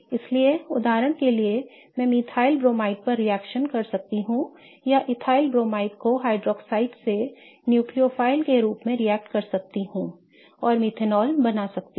इसलिए उदाहरण के लिए मैं मिथाइल ब्रोमाइड पर रिएक्शन कर सकता हूं या एथिल ब्रोमाइड को हाइड्रोक्साइड से न्यूक्लियोफाइल के रूप में रिएक्ट कर सकता हूं और मेथनॉल बना सकता हूं